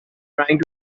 trying